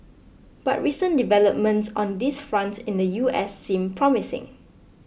but recent developments on this front in the U S seem promising